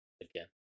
Again